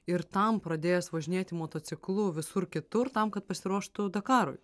ir tam pradėjęs važinėti motociklu visur kitur tam kad pasiruoštų dakarui